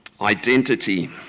Identity